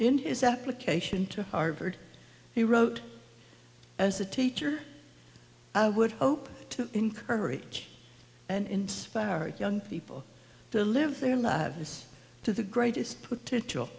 his application to harvard he wrote as a teacher i would hope to encourage and inspire young people to live their lives to the greatest potential